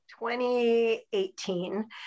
2018